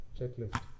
checklist